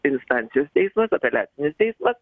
instancijos teismas apeliacinis teismas